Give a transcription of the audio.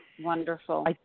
Wonderful